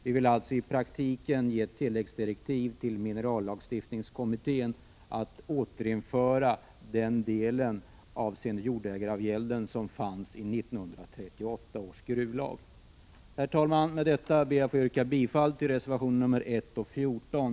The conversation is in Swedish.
Vi vill alltså i praktiken ge tilläggsdirektiv till minerallag stiftningskommittén att återinföra den del av jordägaravgälden som fanns i 1938 års gruvlag. Herr talman! Med detta ber jag att få yrka bifall till reservationerna 1 och 14.